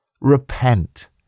Repent